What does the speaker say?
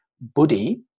Buddhi